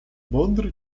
mądry